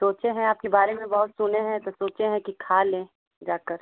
सोचे हैं आपके बारे में बहुत सुने हैं तो सोचे है कि खा लें जाकर